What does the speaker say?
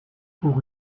pour